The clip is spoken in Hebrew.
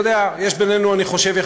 ואני אומר את זה,